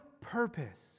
purpose